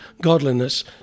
godliness